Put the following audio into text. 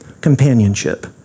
companionship